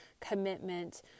commitment